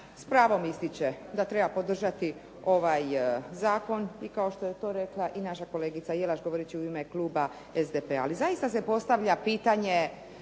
pravom ističe da treba podržati ovaj zakon i kao što je to rekla i naša kolegica Jelaš govoreći u ime Kluba SDP-a. Ali zaista se postavlja pitanje